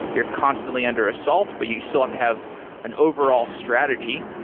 you're constantly under assault, but you still have to have an overall strategy.